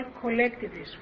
collectivism